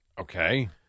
Okay